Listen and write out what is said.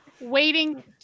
waiting